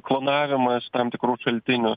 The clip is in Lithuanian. klonavimas tam tikrų šaltinių